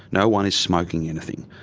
no one is smoking anything.